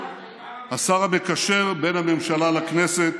השר המקשר בין הממשלה לכנסת,